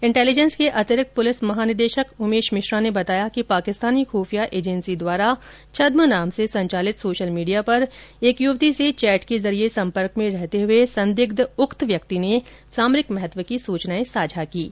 intelligence के अतिरिक्त पुलिस महानिदेशक उमेश मिश्रा ने बताया कि पाकिस्तानी खूफिया एजेंसी द्वारा छदम नाम से संचालित सोशल मीडिया पर एक युवती से चैट के जरिये सम्पर्क में रहते हुए संदिग्ध उक्त व्यक्ति ने सामरिक महत्व की सूचनाए साझा की हैं